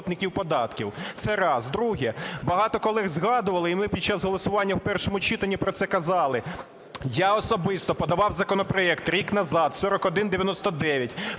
Це раз. Друге. Багато колег згадували, і ми під час голосування в першому читанні про це казали, я особисто подавав законопроект рік назад, 4199